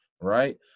Right